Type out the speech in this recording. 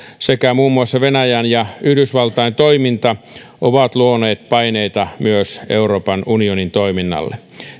sekä muun muassa venäjän ja yhdysvaltain toiminta ovat luoneet paineita myös euroopan unionin toiminnalle